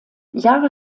jahre